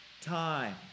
time